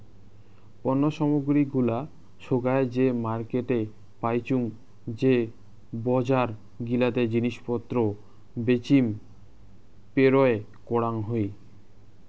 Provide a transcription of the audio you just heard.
পণ্য সামগ্রী গুলা সোগায় যে মার্কেটে পাইচুঙ যে বজার গিলাতে জিনিস পত্র বেচিম পেরোয় করাং হই